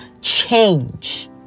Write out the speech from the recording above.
change